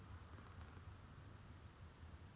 and need to have long legs it's like an advantage